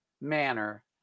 manner